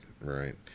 right